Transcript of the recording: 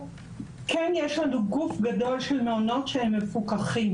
כן יש לנו גוף גדול של מעונות שהם מפוקחים,